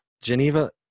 geneva